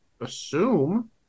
assume